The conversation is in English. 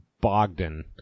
Bogdan